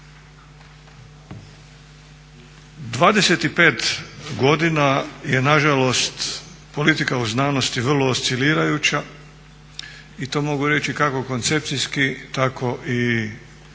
25 godina je nažalost politika u znanosti vrlo oscilirajuća i to mogu reći kako koncepcijski tako i